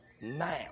now